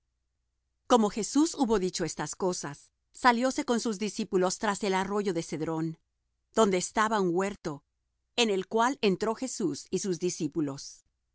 como jesús hubo dicho estas cosas salióse con sus discípulos tras el arroyo de cedrón donde estaba un huerto en el cual entró jesús y sus discípulos